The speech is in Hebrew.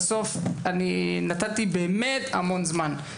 נתתי באמת המון זמן.